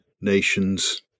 nations